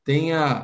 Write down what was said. Tenha